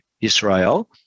israel